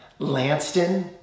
Lanston